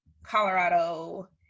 Colorado